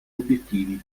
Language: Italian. obiettivi